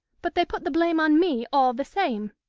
but they put the blame on me, all the same.